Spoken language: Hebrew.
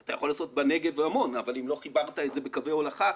אתה יכול לעשות בנגב המון אבל אם לא חיברת את זה בקווי הולכה,